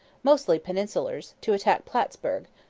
mostly peninsulars, to attack plattsburg,